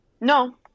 No